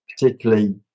Particularly